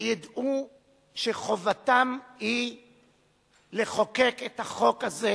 שידעו שחובתם היא לחוקק את החוק הזה